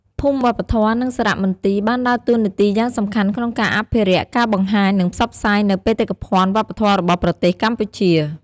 ភូមិវប្បធម៌ និងសារមន្ទីរបានដើរតួនាទីយ៉ាងសំខាន់ក្នុងការអភិរក្ស ការបង្ហាញ និងផ្សព្វផ្សាយនូវបេតិកភណ្ឌវប្បធម៌របស់ប្រទេសកម្ពុជា។